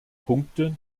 punkte